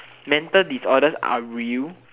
mental disorders are real